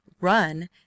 run